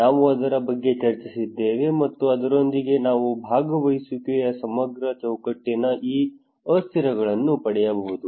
ನಾವು ಅದರ ಬಗ್ಗೆ ಚರ್ಚಿಸಿದ್ದೇವೆ ಮತ್ತು ಅದರೊಂದಿಗೆ ನಾವು ಭಾಗವಹಿಸುವಿಕೆಯ ಸಮಗ್ರ ಚೌಕಟ್ಟಿನ ಈ ಅಸ್ಥಿರಗಳನ್ನು ಪಡೆಯಬಹುದು